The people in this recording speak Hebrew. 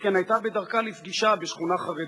שכן היתה בדרכה לפגישה בשכונה חרדית.